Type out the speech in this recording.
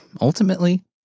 ultimately